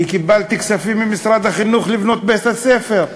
אני קיבלתי כספים ממשרד החינוך לבנות בית-ספר.